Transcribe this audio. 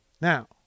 Now